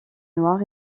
noir